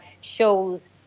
shows